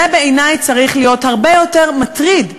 זה, בעיני, צריך להיות הרבה יותר מטריד.